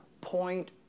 point